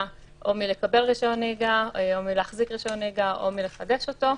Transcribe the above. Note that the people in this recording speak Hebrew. מלקבל רישיון נהיגה או מלהחזיק רישיון נהיגה או מלחדש אותו.